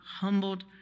humbled